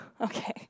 Okay